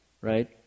Right